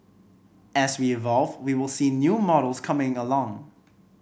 as we evolve we will see new models coming along